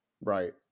right